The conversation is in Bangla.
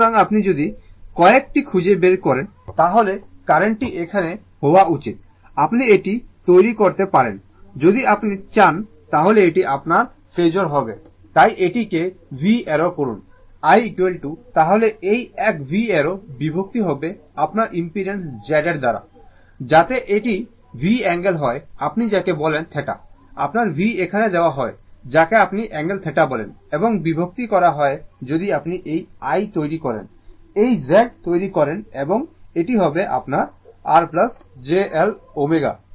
সুতরাং আপনি যদি কারেন্টটি খুঁজে বের করার চেষ্টা করেন তাহলে কারেন্টটি এখানে হওয়া উচিত আপনি এটি তৈরি করতে পারেন যদি আপনি চান তাহলে এটি আপনার ফেজোর হবে তাই এটি কে v অ্যারো করুন i তাহলে এই এক v অ্যারো বিভক্ত হবে আপনার ইম্পিডেন্স Z এর দ্বারা যাতে এটি v অ্যাঙ্গেল হয় আপনি যাকে বলেন θ আপনার v এখানে দেওয়া হয় যাকে আপনি অ্যাঙ্গেল θ বলেন এবং বিভক্ত করা হয় যদি আপনি এই i তৈরি করেন এই Z তৈরি করেন এবং এটি হবে R j L ω